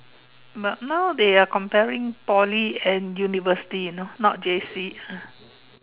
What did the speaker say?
but now they are comparing Poly and university you know not J_C ah